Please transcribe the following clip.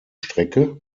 strecke